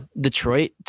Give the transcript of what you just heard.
Detroit